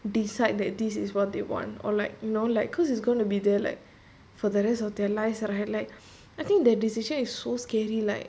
decide that this is what they want or like you know like cause is going to be there like for the rest of their lives right like I think their decision is so scary like